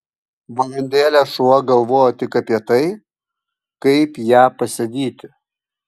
valandėlę šuo galvojo tik apie tai kaip ją pasivyti